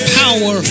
power